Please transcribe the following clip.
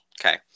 okay